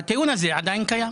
והטיעון הזה עדיין קיים.